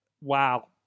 wow